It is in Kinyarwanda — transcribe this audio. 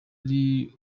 ari